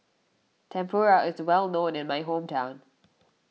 Tempura is well known in my hometown